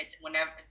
whenever